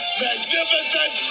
magnificent